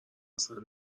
اصلا